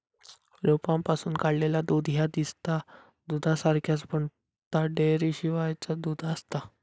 रोपांपासून काढलेला दूध ह्या दिसता दुधासारख्याच, पण ता डेअरीशिवायचा दूध आसता